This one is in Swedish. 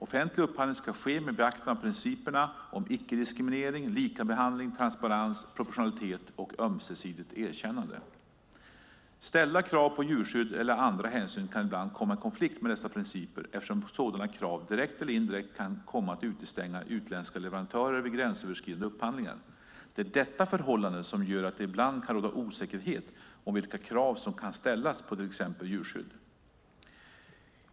Offentlig upphandling ska ske med beaktande av principerna om icke-diskriminering, likabehandling, transparens, proportionalitet och ömsesidigt erkännande. Ställda krav på djurskydd eller andra hänsyn kan ibland komma i konflikt med dessa principer eftersom sådana krav direkt eller indirekt kan komma att utestänga utländska leverantörer vid gränsöverskridande upphandlingar. Det är detta förhållande som gör att det ibland kan råda osäkerhet om vilka krav som kan ställas på till exempel djurskydd.